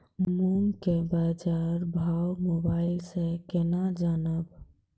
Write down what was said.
मूंग के बाजार भाव मोबाइल से के ना जान ब?